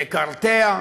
מקרטע,